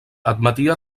admetia